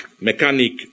mechanic